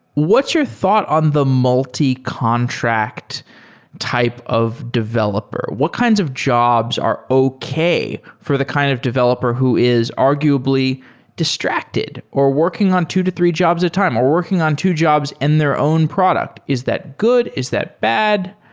what's your thought on the multi contract type of developer? what kinds of jobs are okay for the kind of developer who is arguably distracted, or working on two to three jobs at a time, or working on two jobs in their own product? is that good? is that bad?